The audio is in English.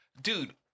dude